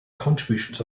contributions